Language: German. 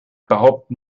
behaupten